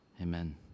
Amen